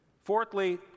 Fourthly